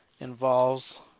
involves